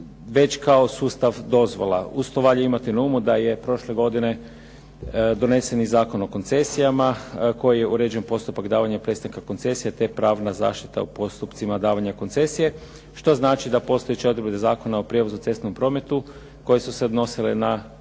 već kao sustav dozvola. Uz to valja imati na umu da je prošle godine donesen i Zakon o koncesijama kojim je uređen postupak davanja prestanka koncesija te pravna zaštita u postupcima davanja koncesije što znači da postojeće odredbe Zakona o prijevozu u cestovnom prometu koje su se odnosile na koncesiju